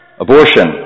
Abortion